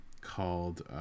called